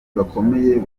bakomeye